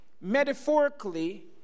metaphorically